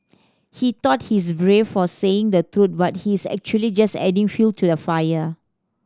he thought he's brave for saying the truth but he's actually just adding fuel to the fire